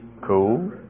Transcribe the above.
Cool